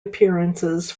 appearances